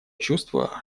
чувство